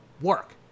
Work